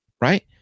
Right